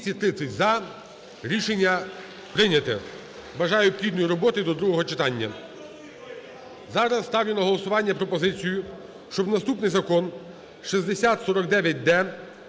Зараз ставлю на голосування пропозицію, щоб наступний закон 6049-д